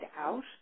out